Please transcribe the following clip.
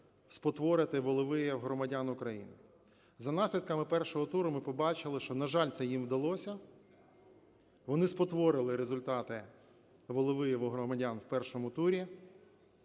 спотворити волевияв громадян України. За наслідками першого туру ми побачили, що, на жаль, це їм вдалося, вони спотворили результати волевияву громадян у першому турі.